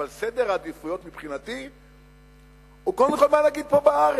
אבל סדר העדיפויות מבחינתי הוא קודם כול מה נגיד פה בארץ,